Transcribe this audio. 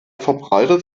verbreitet